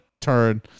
turn